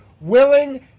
willing